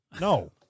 no